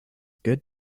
good